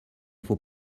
faut